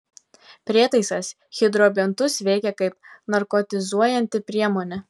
prietaisas hidrobiontus veikia kaip narkotizuojanti priemonė